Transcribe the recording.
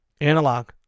Analog